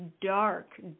dark